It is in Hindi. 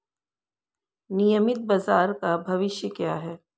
नियमित बाजार का भविष्य क्या है?